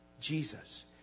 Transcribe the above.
Jesus